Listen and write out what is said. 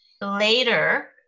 Later